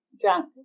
drunk